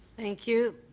thank you.